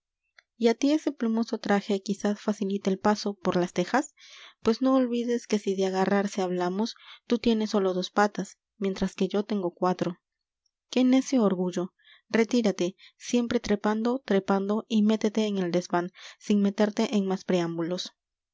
á t i ese plumoso traje quizás facilita el paso por las tejas pues no olvides que si de agarrarse hablamos t ú tienes sólo dos patas mientras que yo tengo cuatro qué necio orgullo retírate siempre trepando trepando y métete en el desván sin meterte en más